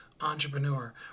entrepreneur